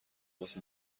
واسه